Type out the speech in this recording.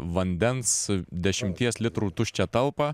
vandens dešimties litrų tuščią talpą